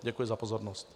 Děkuji za pozornost.